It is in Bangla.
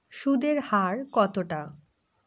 সুদের হার কতটা?